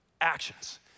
actions